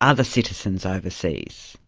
other citizens overseas?